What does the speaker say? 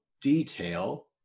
detail